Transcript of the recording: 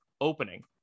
opening